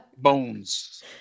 bones